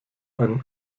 ein